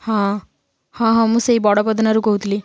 ହଁ ହଁ ହଁ ମୁଁ ସେଇ ବଡ଼ ବଦନାରୁ କହୁଥିଲି